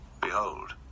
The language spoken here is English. behold